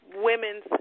women's